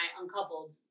uncoupled